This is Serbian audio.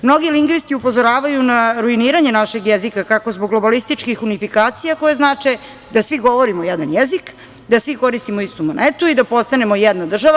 Mnogi lingvisti upozoravaju na ruiniranje našeg jezika, kako zbog globalističkih unifikacija, koje znače da svi govorimo jedan jezik, da svi koristimo istu monetu i da postanemo jedna država.